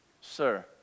Sir